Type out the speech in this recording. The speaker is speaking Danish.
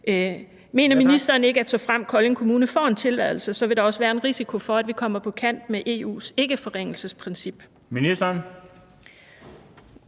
Mener ministeren ikke, at såfremt Kolding Kommune får en tilladelse, vil der også være en risiko for, at vi kommer på kant med EU's ikkeforringelsesprincip? Kl.